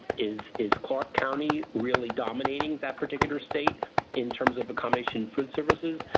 is is clark county really dominating that particular state in terms of accommodation food services?